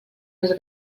les